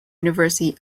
university